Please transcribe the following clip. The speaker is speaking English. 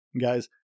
Guys